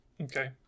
Okay